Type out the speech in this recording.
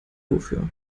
wofür